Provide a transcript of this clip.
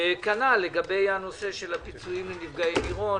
וכנ"ל לגבי הפיצויים של נפגעי מירון.